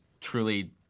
truly